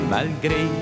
Malgré